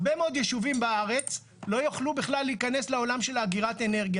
הרבה מאוד יישובים בארץ לא יוכלו בכלל להיכנס לעולם של אגירת האנרגיה.